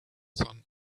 sun